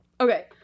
Okay